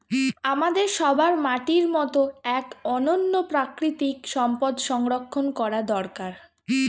আমাদের সবার মাটির মতো এক অনন্য প্রাকৃতিক সম্পদ সংরক্ষণ করা দরকার